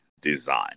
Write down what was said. design